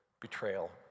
betrayal